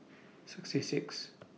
sixty Sixth